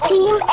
Team